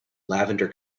lavender